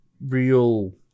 real